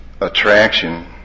attraction